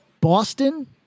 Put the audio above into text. Boston